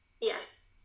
Yes